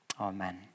Amen